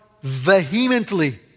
vehemently